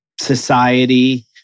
society